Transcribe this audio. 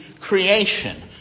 creation